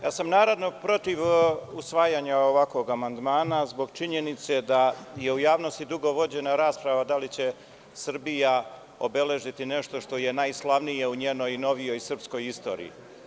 Ja sam naravno protiv usvajanja ovakvog amandmana zbog činjenice da je u javnosti dugo vođena rasprava da li će Srbija obeležiti nešto što je najslavnije u njenoj novijoj srpskoj istoriji.